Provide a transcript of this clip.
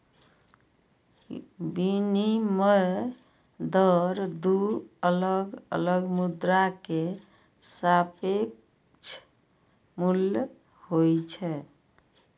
विनिमय दर दू अलग अलग मुद्रा के सापेक्ष मूल्य होइ छै